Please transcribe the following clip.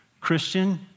Christian